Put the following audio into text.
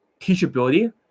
teachability